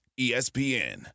ESPN